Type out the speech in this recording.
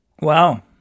Wow